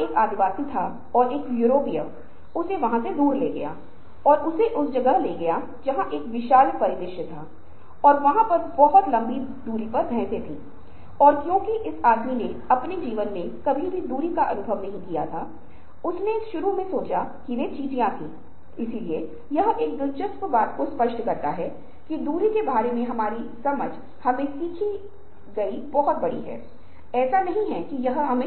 जब 5 बड़े व्यक्तित्वों के रचनात्मक लोगों की जांच की गई तो यह पाया गया कि खुलेपन का अनुभव करने के लिए जो कि बड़े 5 ट्रेडों की विशेषता में से एक है जो रचनात्मकता के साथ एक बहुत ही उच्च संबंध है जो यह सुझाव देता है कि व्यापार जो जिज्ञासा लचीलापन कल्पनाशीलता को मापता है परिवर्तन के लिए खुलापन और अपरंपरागत विचारों का रचनात्मकता के साथ